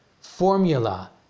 formula